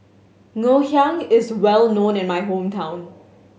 Ngoh Hiang is well known in my hometown